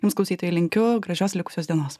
jums klausytojai linkiu gražios likusios dienos